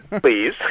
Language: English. Please